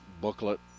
booklet